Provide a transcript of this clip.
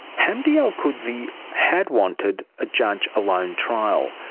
hamdi alqudsi had wanted a judge-alone trial.